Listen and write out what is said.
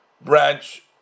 branch